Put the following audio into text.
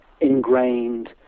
ingrained